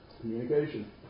Communication